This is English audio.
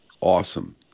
awesome